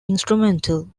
instrumental